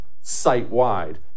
site-wide